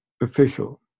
official